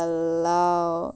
!walao!